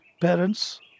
parents